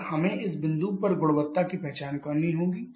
फिर हमें इस बिंदु पर गुणवत्ता की पहचान करनी होगी